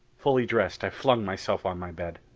fully dressed, i flung myself on my bed.